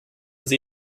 sie